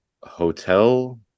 hotel